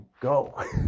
go